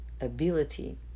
ability